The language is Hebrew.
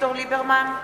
אביגדור ליברמן,